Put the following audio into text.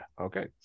okay